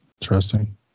Interesting